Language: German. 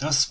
jetzt